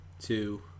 two